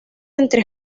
entre